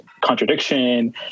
contradiction